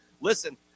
listen